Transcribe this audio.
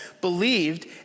believed